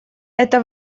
это